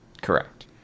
Correct